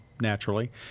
naturally